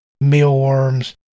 mealworms